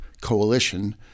coalition